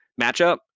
matchup